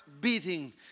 beating